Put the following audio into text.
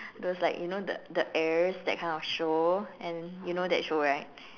those like you know the the heirs that kind of show and you know that show right